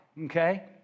okay